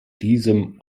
diesem